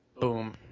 boom